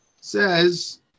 Says